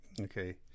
Okay